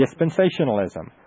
Dispensationalism